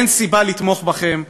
אין סיבה לתמוך בכם,